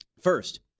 First